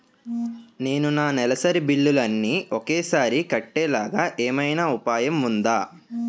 నేను నా నెలసరి బిల్లులు అన్ని ఒకేసారి కట్టేలాగా ఏమైనా ఉపాయం ఉందా?